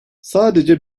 sadece